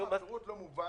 ולמה הוא לא בחוק.